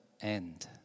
end